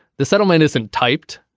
the settlement isn't typed.